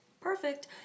perfect